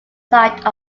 side